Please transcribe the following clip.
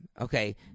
Okay